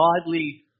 godly